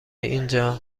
اینجا